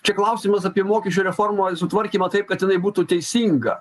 čia klausimas apie mokesčių reformoj sutvarkymą taip kad jinai būtų teisinga